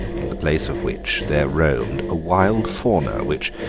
in the place of which there roamed a wild fauna, which,